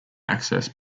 access